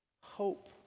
hope